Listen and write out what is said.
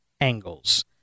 angles